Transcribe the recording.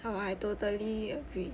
orh I totally agree